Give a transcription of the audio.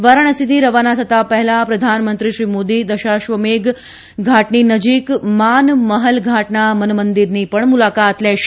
વારાણસીથી રવાના થતાં પહેલા પ્રધાનમંત્રી શ્રી મોદી દશાશ્વમેઘ ઘાટની નજીક માન મહલ ઘાટના મનમંદિરની પણ મુલાકાત લેશે